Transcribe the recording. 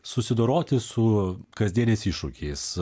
susidoroti su kasdieniais iššūkiais